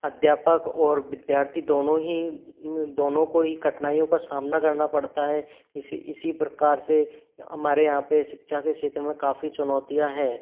अध्यापक और विद्यार्थी दोनों ही दोनों को ही कठिनाइयों का सामना करना पड़ता है इसी इसी प्रकार से हमारे यहाँ पर शिक्षा के क्षेत्र में काफ़ी चुनौतियाँ हैं